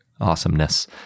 awesomeness